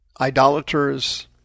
idolaters